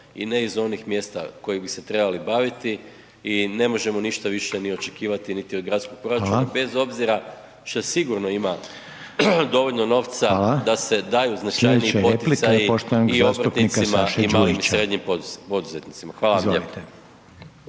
i ne iz onih mjesta koji bi se trebali baviti i ne možemo ništa više ni očekivati niti od gradskog proračuna …/Upadica: Hvala./… bez obzira što sigurno ima dovoljno novca …/Upadica: Hvala./… da se daju značajniji poticaji i obrtnicima i malim i srednjim poduzetnicima. Hvala vam lijepo.